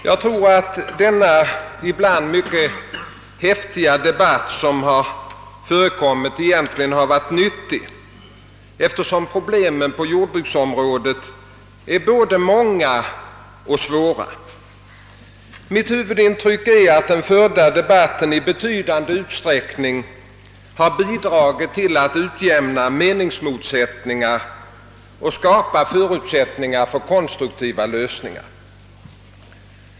Jag tror att den ibland mycket häftiga debatt som förekommit egentligen har varit nyttig, eftersom problemen på jordbruksområdet är både många och svåra. Mitt huvudintryck är att den förda debatten i betydande utsträckning har bidragit till att utjämna meningsmotsättningar och skapa förutsättningar för konstruktiva lösningar.